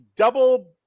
Double